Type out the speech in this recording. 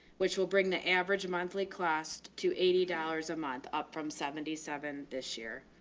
which will bring the average monthly class to eighty dollars a month up from seventy seven this year.